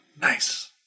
Nice